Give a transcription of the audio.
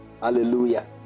Hallelujah